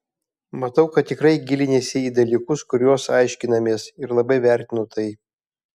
matau kad tikrai giliniesi į dalykus kuriuos aiškinamės ir labai vertinu tai